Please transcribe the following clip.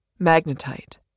magnetite